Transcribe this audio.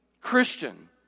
Christian